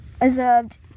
observed